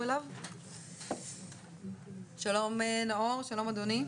שלום, אדוני.